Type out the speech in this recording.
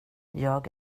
jag